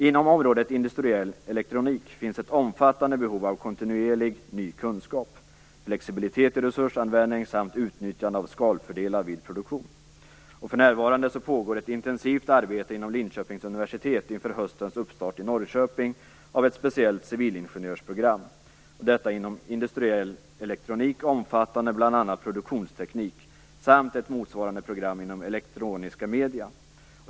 Inom området industriell elektronik finns ett omfattande behov av kontinuerlig ny kunskap, flexibilitet i resursanvändning samt utnyttjande av skalfördelar vid produktion. För närvarande pågår ett intensivt arbete inom Linköpings universitet inför höstens uppstart i Norrköping av ett speciellt civilingenjörsprogram inom industriell elektronik omfattande bl.a. produktionsteknik samt ett motsvarande program inom elektroniska medier.